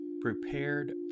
prepared